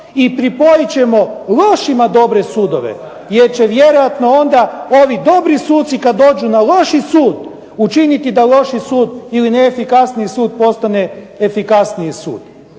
I pripojit ćemo lošima dobre sudove jer će vjerojatno onda ovi dobri suci kad dođu na loši sud učiniti da loši sud ili neefikasniji sud postane efikasniji sud.